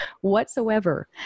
whatsoever